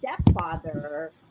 stepfather